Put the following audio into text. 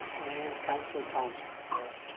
and councillor thomsen. yes.